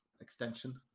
extension